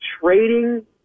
trading